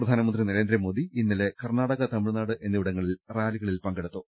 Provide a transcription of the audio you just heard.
പ്രധാനമന്ത്രി നരേന്ദ്രമോദി ഇന്നലെ കർണ്ണാടക തുമിഴ്നാട്ട് എന്നിവിടങ്ങളിൽ റാലികളിൽ പങ്കെടുത്തു